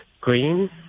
green